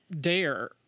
dare